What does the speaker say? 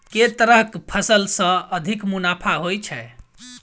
केँ तरहक फसल सऽ अधिक मुनाफा होइ छै?